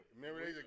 Remember